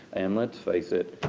and let's face it,